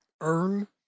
earn